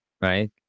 right